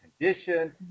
condition